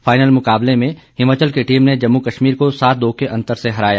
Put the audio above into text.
final मुकाबले में हिमाचल की टीम ने जम्मू कश्मीर को सात दो के अंतर से हराया